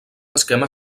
esquema